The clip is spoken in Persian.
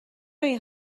این